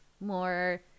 more